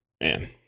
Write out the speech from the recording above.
Man